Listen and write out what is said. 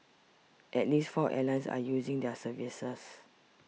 at least four airlines are using their services